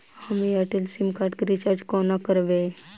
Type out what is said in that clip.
हम Airtel sim card केँ recharge कोना करबै?